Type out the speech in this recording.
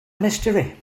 mystery